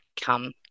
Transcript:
come